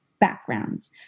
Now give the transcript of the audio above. backgrounds